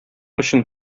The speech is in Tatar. өчен